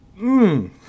Mmm